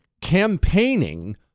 campaigning